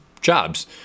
jobs